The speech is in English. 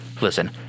listen